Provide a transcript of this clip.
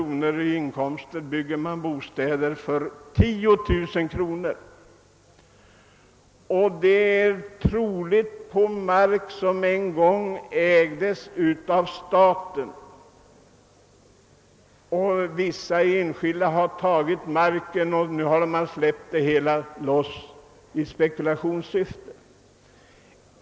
byggs bostäder som betingar en årshyra på 10 000 kr., vilket troligen sker på mark som en gång ägdes av staten. Vissa enskilda har tagit marken, och nu har allt släppts fritt i spekulationssyfte.